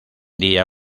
día